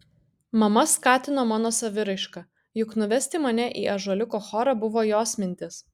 mama skatino mano saviraišką juk nuvesti mane į ąžuoliuko chorą buvo jos mintis